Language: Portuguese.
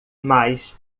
mais